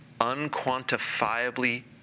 unquantifiably